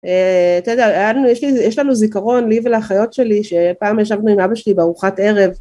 יש לנו זיכרון, לי ולאחיות שלי, שפעם ישבנו עם אבא שלי בארוחת ערב.